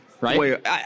right